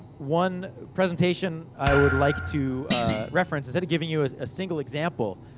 one presentation i would like to reference, instead of giving you a single example.